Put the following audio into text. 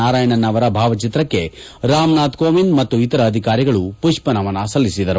ನಾರಾಯಣನ್ ಅವರ ಭಾವಚಿತ್ರಕ್ಕೆ ರಾಮನಾಥ್ ಕೋವಿಂದ್ ಹಾಗೂ ಇತರ ಅಧಿಕಾರಿಗಳು ಪುಷ್ವ ನಮನ ಸಲ್ಲಿಸಿದರು